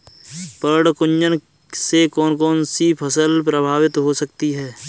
पर्ण कुंचन से कौन कौन सी फसल प्रभावित हो सकती है?